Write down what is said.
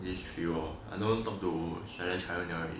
these few lor I never talk to sharon simon already